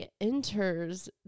enters